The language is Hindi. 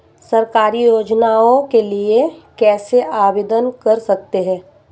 सरकारी योजनाओं के लिए कैसे आवेदन कर सकते हैं?